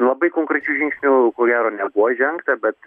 labai konkrečių žingsnių ko gero nebuvo žengta bet